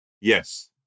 Yes